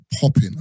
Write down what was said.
Popping